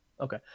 okay